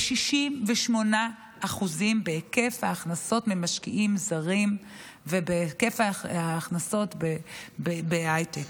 ב-68% בהיקף ההכנסות ממשקיעים זרים ובהיקף ההכנסות בהייטק.